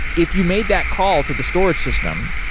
if you made that call to the storage system,